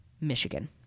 Michigan